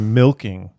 milking